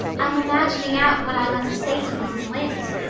i'm imagining out what i must say to mrs. lynde,